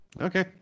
Okay